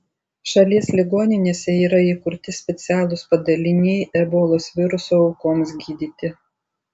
šalies ligoninėse yra įkurti specialūs padaliniai ebolos viruso aukoms gydyti